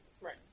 Right